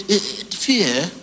Fear